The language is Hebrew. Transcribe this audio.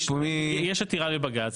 יש עתירה לבג"צ.